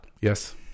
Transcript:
Yes